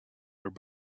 their